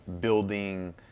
building